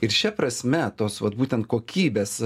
ir šia prasme tos vat būtent kokybės